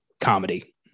comedy